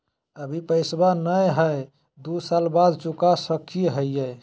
अभि पैसबा नय हय, दू साल बाद चुका सकी हय?